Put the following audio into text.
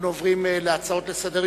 הודעה לסגנית